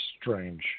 strange